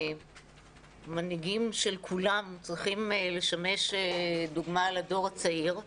שמנהיגים של כולם צריכים לשמש דוגמה לדור הצעיר,